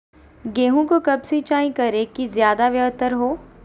गेंहू को कब सिंचाई करे कि ज्यादा व्यहतर हो?